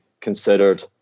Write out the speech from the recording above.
considered